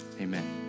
Amen